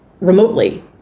remotely